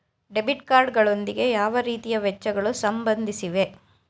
Debit card ಗಳೊಂದಿಗೆ ಯಾವ ರೀತಿಯ ವೆಚ್ಚಗಳು ಸಂಬಂಧಿಸಿವೆ?